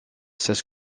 seize